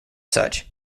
such